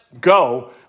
go